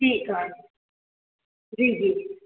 ठीकु आहे जी जी